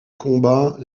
combat